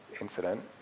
incident